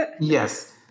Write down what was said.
Yes